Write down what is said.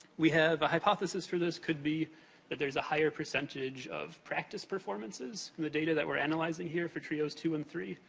we have a hypothesis for this. could be that there's a higher percentage of practice performances from the data that we're analyzing here for trios two and three.